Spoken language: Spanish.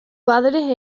padres